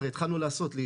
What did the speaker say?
הרי התחלנו לעשות,